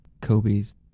Kobe's